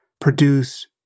produce